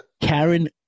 Karen